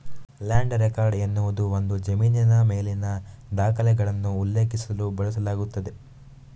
land record ಎನ್ನುವುದು ಒಂದು ಜಮೀನಿನ ಮೇಲಿನ ದಾಖಲೆಗಳನ್ನು ಉಲ್ಲೇಖಿಸಲು ಬಳಸಲಾಗುತ್ತದೆ